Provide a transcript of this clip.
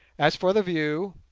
as for the view,